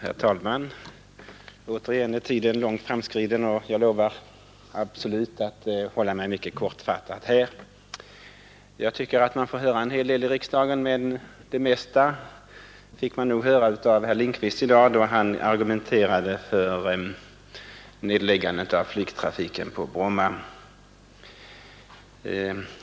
Herr talman! Återigen är tiden långt framskriden, och jag lovar absolut att fatta mig mycket kort. Jag tycker att man får höra en hel del i riksdagen, men det mesta fick vi nog av herr Lindkvist i dag, då han argumenterade för nedläggande av flygtrafiken på Bromma.